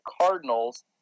cardinals